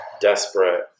desperate